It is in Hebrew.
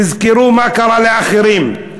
תזכרו מה קרה לאחרים.